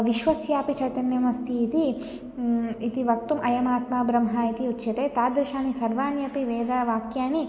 विश्वस्यापि चैतन्यम् अस्ति इति इति वक्तुम् अयमात्मा ब्रम्हा इति उच्यते तादृशानि सर्वाण्यपि वेद वाक्यानि